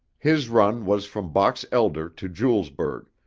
his run was from box elder to julesburg,